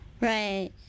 Right